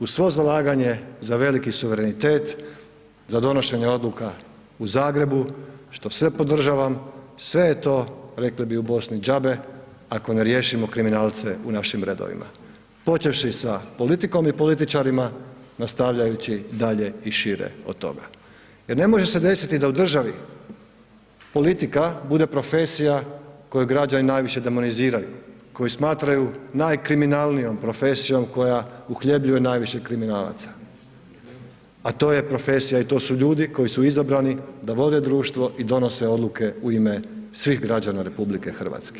Uz svo zalaganje za veliki suverenitet, za donošenje odluka u Zagrebu, što sve podržavam, sve je to, rekli bi u Bosni džabe ako ne riješimo kriminalce u našim redovima, počevši sa politikom i političarima, nastavljajući dalje i šire od toga jer ne može se desiti da u državi politika bude profesija koju građani najviše demoniziraju, koju smatraju najkriminalnijom profesijom koja uhljebljuje najviše kriminalaca, a to je profesija i to su ljudi koji su izabrani da vode društvo i donose odluke u ime svih građana RH.